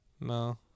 No